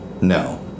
No